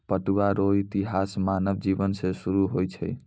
पटुआ रो इतिहास मानव जिवन से सुरु होय छ